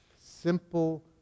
Simple